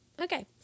Okay